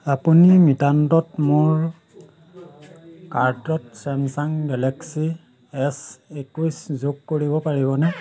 আপুনি মিত্ৰান্তত মোৰ কাৰ্টত ছেমছাং গেলেক্সী এছ একৈছ যোগ কৰিব পাৰিবনে